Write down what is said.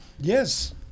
Yes